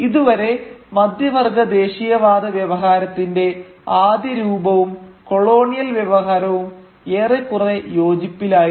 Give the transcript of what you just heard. ഇതുവരെ മധ്യവർഗ്ഗ ദേശീയവാദ വ്യവഹാരത്തിന്റെ ആദ്യ രൂപവും കൊളോണിയൽ വ്യവഹാരവും ഏറെക്കുറെ യോജിപ്പിലായിരുന്നു